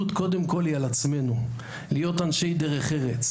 קודם כול היא על עצמנו להיות אנשי דרך ארץ,